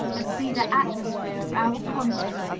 and see the atmosphere of our content,